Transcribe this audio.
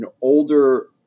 older